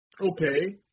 okay